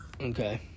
Okay